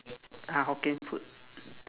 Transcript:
ah Hokkien food